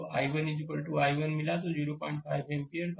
तो i1 i1 मिला 05 ampere